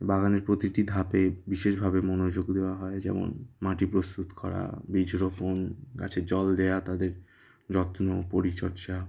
বাগানের প্রতিটি ধাপে বিশেষভাবে মনোযোগ দেওয়া হয় যেমন মাটি প্রস্তুত করা বীজ রোপণ গাছে জল দেয়া তাদের যত্ন পরিচর্যা